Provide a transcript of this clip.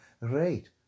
Right